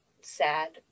Sad